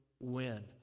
win